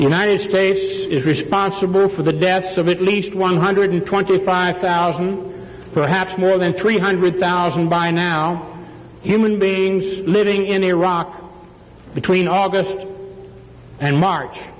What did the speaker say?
united states is responsible for the deaths of at least one hundred and twenty five thousand perhaps more than three hundred thousand and five now human beings living in iraq between august and mar